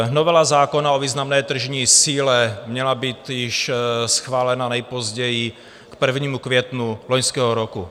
Novela zákona o významné tržní síle měla být již schválena nejpozději k 1. květnu loňského roku.